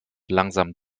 langsam